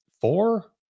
four